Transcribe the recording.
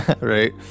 Right